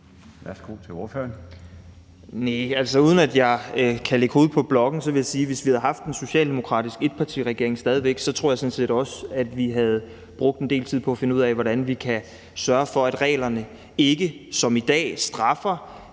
Værsgo til ordføreren.